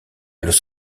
los